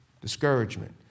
Discouragement